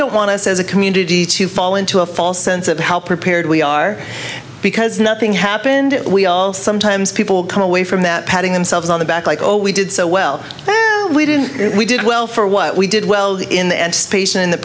don't want us as a community to fall into a false sense of how prepared we are because nothing happened we all sometimes people come away from that patting themselves on the back like oh we did so well we didn't we did well for what we did well in